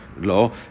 law